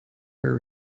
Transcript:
her